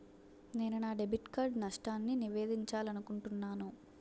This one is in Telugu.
నేను నా డెబిట్ కార్డ్ నష్టాన్ని నివేదించాలనుకుంటున్నాను